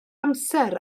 amser